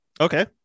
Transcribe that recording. okay